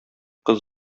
кыз